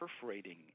perforating